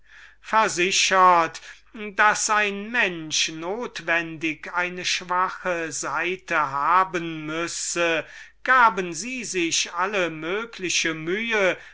daß ein mensch notwendig eine schwache seite haben müsse gaben sie sich alle mögliche mühe